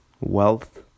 wealth